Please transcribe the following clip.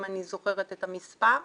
אם אני זוכרת את המספר במדויק.